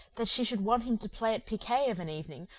that she should want him to play at piquet of an evening,